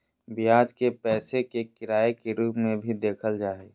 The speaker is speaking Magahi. ब्याज के पैसे के किराए के रूप में भी देखल जा हइ